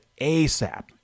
asap